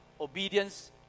obedience